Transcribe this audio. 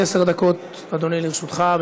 עד עשר דקות, אדוני, לרשותך.